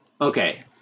Okay